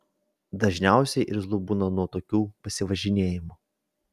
dažniausiai irzlu būna nuo tokių pasivažinėjimų